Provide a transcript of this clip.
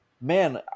man